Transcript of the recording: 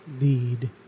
lead